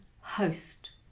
host